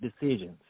decisions